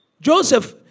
Joseph